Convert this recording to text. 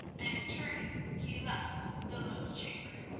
and turning, he left the little chamber.